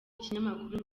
kinyamakuru